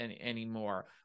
anymore